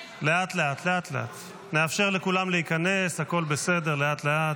לאט-לאט, נאפשר לכולם להיכנס, הכול בסדר, לאט-לאט.